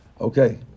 Okay